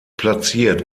platziert